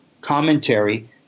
commentary